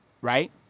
right